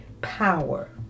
power